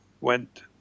went